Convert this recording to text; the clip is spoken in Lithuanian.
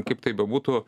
kaip tai bebūtų